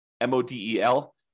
M-O-D-E-L